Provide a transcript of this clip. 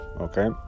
okay